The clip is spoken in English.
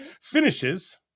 finishes